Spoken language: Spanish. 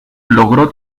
logró